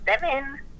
seven